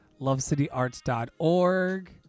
LoveCityArts.org